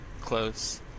Close